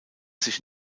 sich